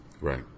right